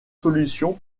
solutions